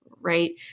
right